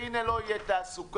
והנה לא תהיה תעסוקה.